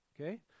Okay